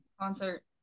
Concert